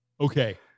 Okay